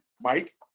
Mike